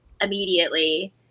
immediately